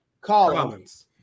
Collins